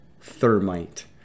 thermite